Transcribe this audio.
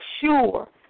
sure